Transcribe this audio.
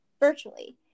virtually